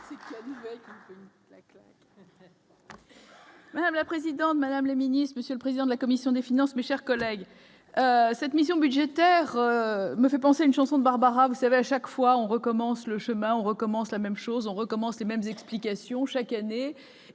Madame la présidente, Madame la Ministre, Monsieur le Président de la commission des finances, mes chers collègues, cette mission budgétaire me fait penser à une chanson de Barbara vous savez à chaque fois, on recommence le chemin on recommence la même chose, on recommence les mêmes explications chaque année